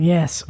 Yes